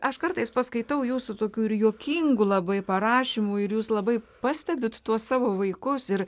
aš kartais paskaitau jūsų tokių ir juokingų labai parašymų ir jūs labai pastebit tuos savo vaikus ir